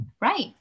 Right